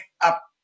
up